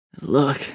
Look